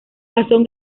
pasó